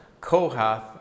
Kohath